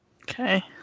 Okay